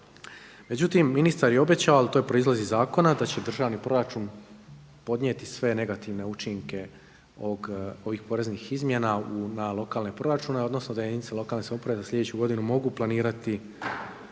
Međutim, ministar je obećao, ali to proizlazi iz zakona da će državni proračun podnijeti sve negativne učinke ovih poreznih izmjena na lokalne proračune, odnosno da jedinice lokalne samouprave za sljedeću godinu mogu planirati